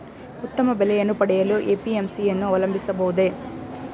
ಉತ್ತಮ ಬೆಲೆಯನ್ನು ಪಡೆಯಲು ಎ.ಪಿ.ಎಂ.ಸಿ ಯನ್ನು ಅವಲಂಬಿಸಬಹುದೇ?